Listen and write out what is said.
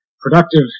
productive